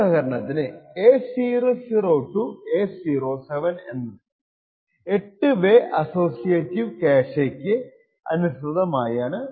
ഉദാഹരണത്തിന് A00 to A07 എന്നത് 8 way associative ക്യാഷെക്ക് അനുസൃതമായതാണ്